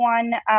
one